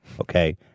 Okay